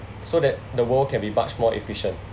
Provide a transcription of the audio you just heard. so that the world can be much more efficient